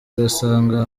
ugasanga